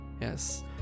Yes